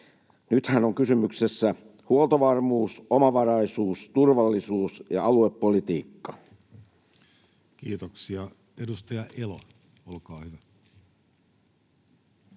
Nythän on kysymyksessä huoltovarmuus, omavaraisuus, turvallisuus- ja aluepolitiikka. Kiitoksia. — Edustaja Elo, olkaa hyvä.